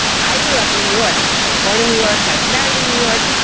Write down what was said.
i grew up in new york, i was born in new york, i was married in new york.